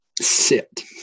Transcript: sit